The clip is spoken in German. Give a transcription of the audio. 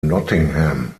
nottingham